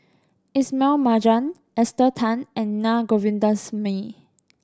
Ismail Marjan Esther Tan and Naa Govindasamy